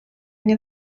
nie